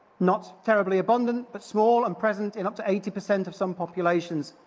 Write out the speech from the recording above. not terribly abundant, but small and present in up to eighty percent of some populations.